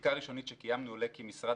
מבדיקה ראשונית שקיימנו עולה כי משרד